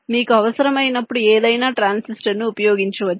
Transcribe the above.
మీకు అవసరమైనప్పుడు ఏదైనా ట్రాన్సిస్టర్ను ఉపయోగించవచ్చు